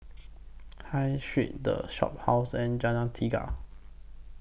High Street The Shophouse and Jalan Tiga